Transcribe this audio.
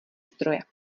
stroje